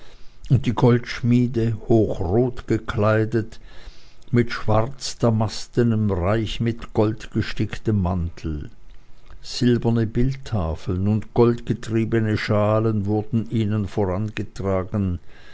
und die goldschmiede hochrot gekleidet mit schwarzdamastenem reich mit gold gesticktem mantel silberne bildtafeln und goldgetriebene schalen wurden ihnen vorangetragen